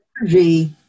energy